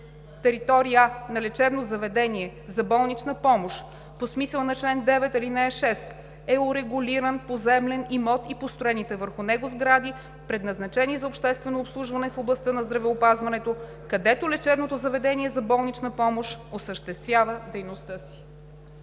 „Територия на лечебно заведение за болнична помощ“ по смисъла на чл. 9, ал. 6 е урегулиран поземлен имот и построените върху него сгради, предназначени за обществено обслужване в областта на здравеопазването, където лечебното заведение за болнична помощ осъществява дейността си.“